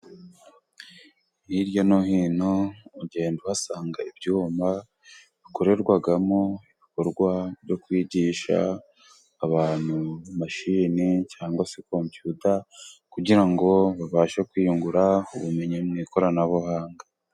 Hirya no hino, ugenda uhasanga ibyumba bikorerwamo ibikorwa byo kwigisha abantu mashini, cyangwa se kompiyuta, kugira ngo babashe kwiyungura ubumenyi mu ikoranabuhanga.